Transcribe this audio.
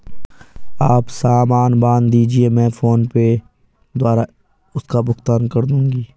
आप सामान बांध दीजिये, मैं फोन पे द्वारा इसका भुगतान कर दूंगी